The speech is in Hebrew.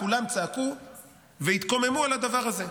כולם צעקו והתקוממו על הדבר הזה.